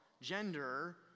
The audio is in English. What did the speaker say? gender